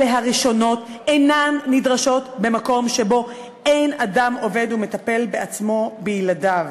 אלה הראשונות אינן נדרשות במקום שבו אין אדם עובד ומטפל בעצמו בילדיו,